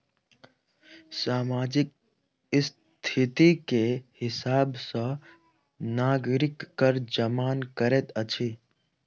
सामाजिक स्थिति के हिसाब सॅ नागरिक कर जमा करैत अछि